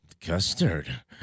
Custard